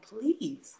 please